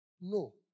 No